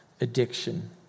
addiction